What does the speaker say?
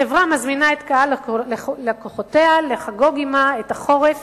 החברה מזמינה את קהל לקוחותיה לחגוג עמה את החורף